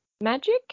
magic